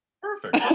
Perfect